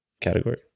category